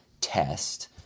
test